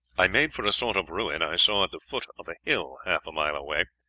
i made for a sort of ruin i saw at the foot of a hill half a mile away.